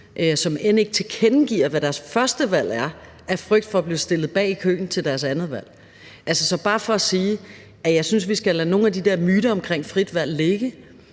som end ikke tilkendegiver, hvad deres førstevalg er, af frygt for at blive stillet bag i køen til deres andetvalg. Så det er bare for at sige, at jeg synes, at vi skal lade nogle af de der myter omkring frit valg ligge